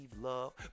love